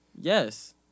Yes